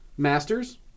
master's